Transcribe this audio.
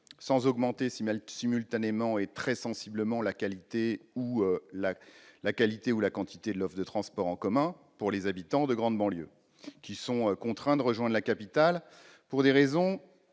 sans augmenter simultanément et très sensiblement la qualité ou la quantité de l'offre de transports en commun pour les habitants de grande banlieue contraints de rejoindre la capitale pour des raisons